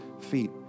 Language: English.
feet